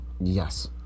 Yes